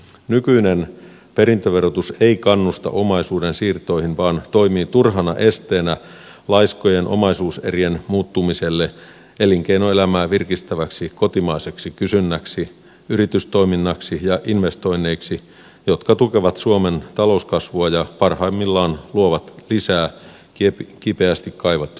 nykyinen perintöverotus ei kannusta omaisuudensiirtoihin vaan toimii turhana esteenä laiskojen omaisuuserien muuttumiselle elinkeinoelämää virkistäväksi kotimaiseksi kysynnäksi yritystoiminnaksi ja investoinneiksi jotka tukevat suomen talouskasvua ja parhaimmillaan luovat lisää kipeästi kaivattuja työpaikkoja